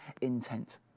intent